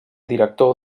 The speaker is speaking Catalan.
director